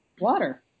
water